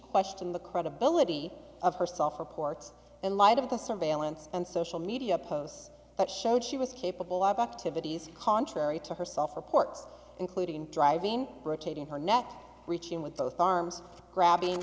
question the credibility of herself reports in light of the surveillance and social media posts that showed she was capable of activities contrary to herself reports including driving rotating her neck reaching with both arms grabbing